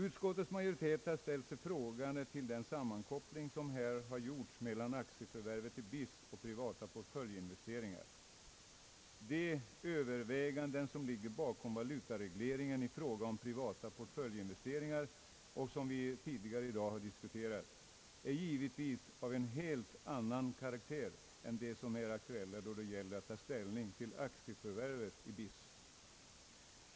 Utskottets majoritet har ställt sig frågande till den sammankoppling som här har gjorts mellan aktieförvärvet i BIS och privata portföljinvesteringar. De överväganden som ligger bakom valutaregleringen i fråga om privata portföljinvesteringar och som vi tidigare i dag har diskuterat är givetvis av en helt annan karaktär än de som är aktuella då det gäller att ta ställning till aktieförvärvet i BIS.